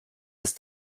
ist